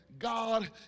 God